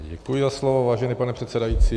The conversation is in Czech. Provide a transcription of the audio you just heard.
Děkuji za slovo, vážený pane předsedající.